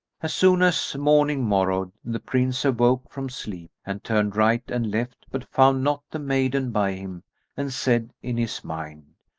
as soon as morning morrowed, the prince awoke from sleep and turned right and left, but found not the maiden by him and said in his mind,